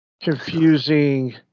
confusing